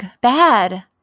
Bad